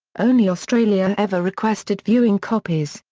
only australia ever requested viewing copies,